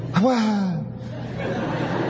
Wow